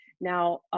Now